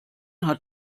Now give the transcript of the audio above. hat